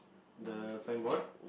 the signboard